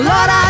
Lord